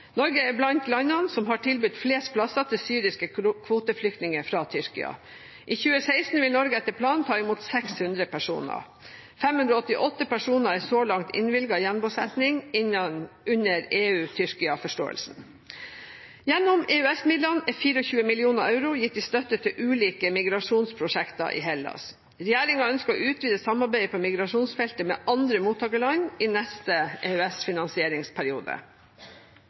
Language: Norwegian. Norge er blant landene som har tilbudt flest plasser til syriske kvoteflyktninger fra Tyrkia. I 2016 vil Norge etter planen ta imot 600 personer. 588 personer er så langt innvilget gjenbosetting under EU–Tyrkia-forståelsen. Gjennom EØS-midlene er 24 mill. euro gitt i støtte til ulike migrasjonsprosjekter i Hellas. Regjeringen ønsker å utvide samarbeidet på migrasjonsfeltet med andre mottakerland i neste